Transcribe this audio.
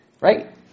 right